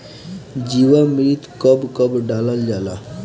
जीवामृत कब कब डालल जाला?